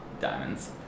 Diamonds